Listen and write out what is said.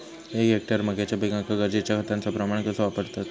एक हेक्टर मक्याच्या पिकांका गरजेच्या खतांचो प्रमाण कसो वापरतत?